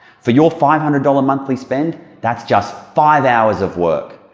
for your five hundred dollars monthly spend that's just five hours of work.